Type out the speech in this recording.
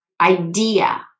idea